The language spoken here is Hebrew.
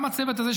גם הצוות הזה,